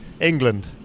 England